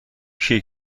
کیه